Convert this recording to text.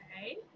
Okay